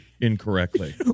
incorrectly